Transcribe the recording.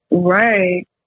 right